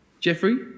Jeffrey